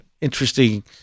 interesting